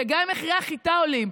וגם אם מחירי החיטה עולים,